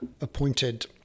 appointed